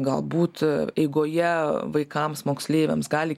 galbūt eigoje vaikams moksleiviams gali